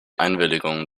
einwilligung